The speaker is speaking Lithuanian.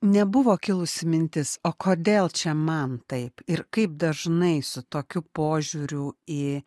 nebuvo kilusi mintis o kodėl čia man taip ir kaip dažnai su tokiu požiūriu į